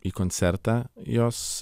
į koncertą jos